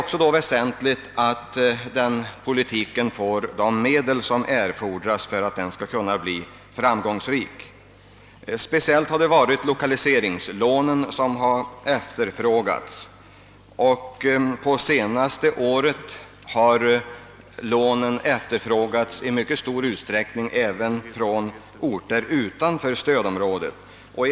Det är då väsentligt att lokaliseringspolitiken får de medel som erfordras för att den skall kunna bli framgångsrik. Speciellt har lokaliseringslånen efterfrågats. Under det senaste året har dessa lån begärts i mycket stor utsträckning även från orter utanför stödområ det.